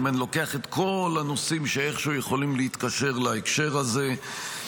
אם אני לוקח את כל הנושאים שאיכשהו יכולים להתקשר להקשר הזה,